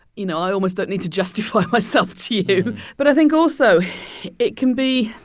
you know, i almost don't need to justify myself to you but i think also it can be